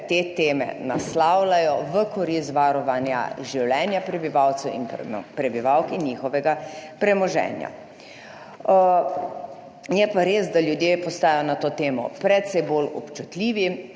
te teme naslavljajo v korist varovanja življenja prebivalcev in prebivalk in njihovega premoženja. Je pa res, da ljudje postajajo na to temo precej bolj občutljivi,